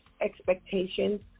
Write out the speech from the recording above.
expectations